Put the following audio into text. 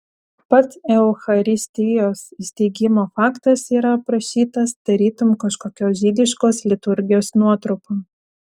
pats eucharistijos įsteigimo faktas yra aprašytas tarytum kažkokios žydiškos liturgijos nuotrupa